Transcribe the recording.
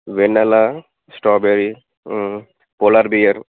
vanilla strawberry polar bear